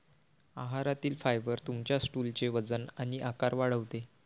आहारातील फायबर तुमच्या स्टूलचे वजन आणि आकार वाढवते